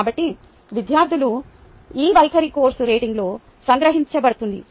కాబట్టి విద్యార్థుల ఈ వైఖరి కోర్సు రేటింగ్లో సంగ్రహించబడుతుంది